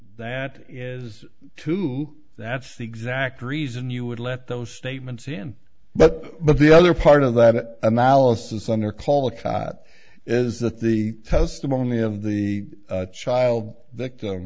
that is to that's the exact reason you would let those statements in but but the other part of that analysis on their call a cot is that the testimony of the child victim